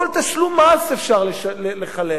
כל תשלום מס אפשר לחלק.